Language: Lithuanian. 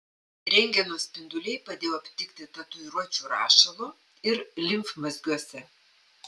rentgeno spinduliai padėjo aptikti tatuiruočių rašalo ir limfmazgiuose